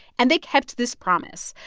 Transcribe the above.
and they kept this promise.